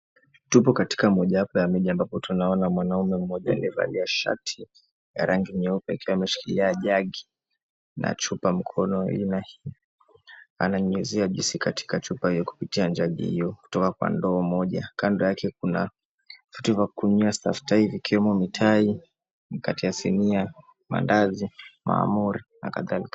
Tupo katika mojawapo ya miji ya makutano tunaona mwanaume moja aliyevalia shati ya rangi nyeupe akiwa ameshikilia jagi na chupa mkononi ananyunyizia juisi katika chupa hiyo kupitia jagi hiyo kutoka kwa ndoo moja kando yake kuna vitu vya kunyia staftahi ikiwemo mikate ya sinia mandazi mahamri na kadhalika.